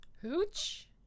Hooch